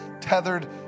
tethered